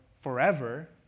forever